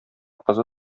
кызы